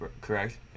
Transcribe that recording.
Correct